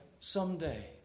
someday